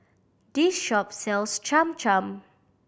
this shop sells Cham Cham